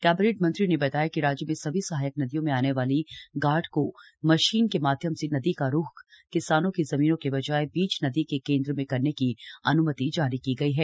cabinet मंत्री ने बताया कि राज्य में सभी सहायक नदियों में आने वाली गाड को जेसीबी के माध्यम से नदी का रुख किसानों की जमीनों के बजाय बीच नदी के केंद्र में करने की अनुमति जारी की गई है